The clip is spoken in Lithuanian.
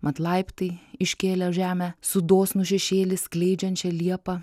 mat laiptai iškėlė žemę su dosnų šešėlį skleidžiančia liepa